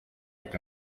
look